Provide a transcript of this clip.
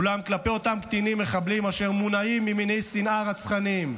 אולם כלפי אותם מחבלים קטינים אשר מונעים ממניעי שנאה רצחניים,